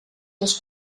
les